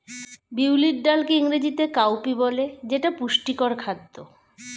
বিউলির ডালকে ইংরেজিতে কাউপি বলে যেটা পুষ্টিকর খাদ্য